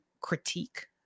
critique